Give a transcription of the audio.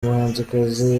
muhanzikazi